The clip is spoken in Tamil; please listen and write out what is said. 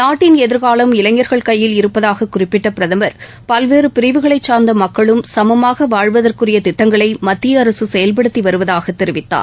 நாட்டின் எதிர்காலம் இளைஞர்கள் கையில் இருப்பதாக குறிப்பிட்ட பிரதமர் பல்வேறு பிரிவுகளைச் சார்ந்த மக்களும் சமமாக வாழ்வதற்குரிய திட்டங்களை மத்திய அரசு செயல்படுத்தி வருவதாக தெரிவித்தார்